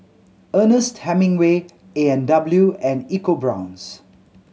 Ernest Hemingway A and W and EcoBrown's